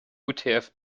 utf